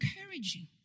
encouraging